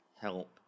help